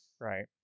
right